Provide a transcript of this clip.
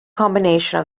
combination